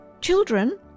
Children